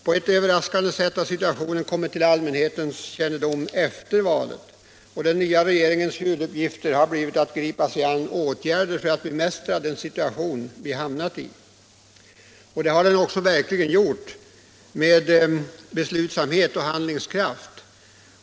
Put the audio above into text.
På ett överraskande sätt har situationen kommit till allmänhetens kännedom efter valet, och den nya regeringens huvuduppgift har blivit att gripa sig an med åtgärder för att bemästra den situation vi hamnat i. Det har den också verkligen gjort med beslutsamhet och handlingskraft.